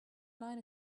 nine